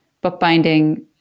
bookbinding